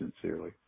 sincerely